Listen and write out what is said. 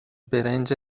برنج